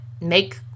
make